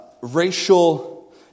racial